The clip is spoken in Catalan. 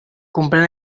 comprèn